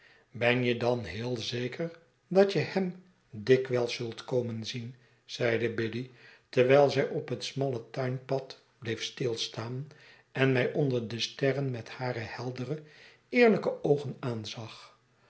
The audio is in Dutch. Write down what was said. ben je dan heel zeker dat je hem dikwijls zult komen zien zeide biddy terwijl zij op het smalle tuinpad bleef stilstaan en mij onderde sterren met hare heldere eerlijke oogen aanzag